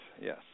Yes